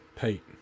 Pete